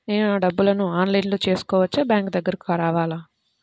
నేను నా డబ్బులను ఆన్లైన్లో చేసుకోవచ్చా? బ్యాంక్ దగ్గరకు రావాలా?